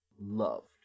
loved